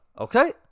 okay